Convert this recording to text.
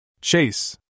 Chase